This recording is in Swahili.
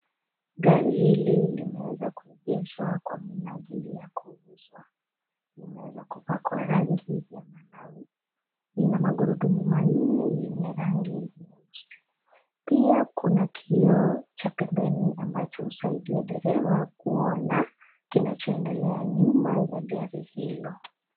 Gari hili limeweza kuegeshwa kwa minajili ya kuuzwa. Limeweza kupakwa rangi ya malawi. Lina magurudumu manne yenye rangi nyeusi. Pia kuna kioo cha pembeni ambacho husaidia dereva kuona kinachoendelea nyuma ya gari hilo.